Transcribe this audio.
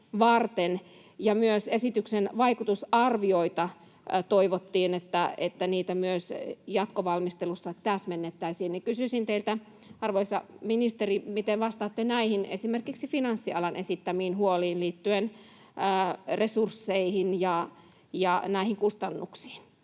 varten. Myös esityksen vaikutusarvioista toivottiin, että niitä myös jatkovalmistelussa täsmennettäisiin. Kysyisin teiltä, arvoisa ministeri: miten vastaatte näihin esimerkiksi Finanssialan esittämiin huoliin liittyen resursseihin ja kustannuksiin?